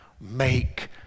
make